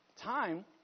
time